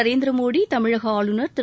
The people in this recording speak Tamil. நரேந்திர மோடி தமிழக ஆளுநர் திரு